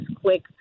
quick